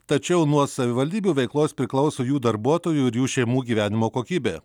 tačiau nuo savivaldybių veiklos priklauso jų darbuotojų ir jų šeimų gyvenimo kokybė